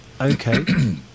Okay